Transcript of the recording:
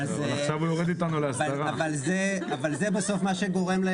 אבל זה בסוף מה שגורם,